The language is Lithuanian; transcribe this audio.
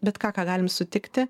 bet ką ką galim sutikti